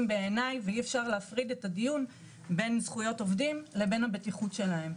בעיני ואי אפשר להפריד את הדיון בין זכויות עובדים לבין הבטיחות שלהם.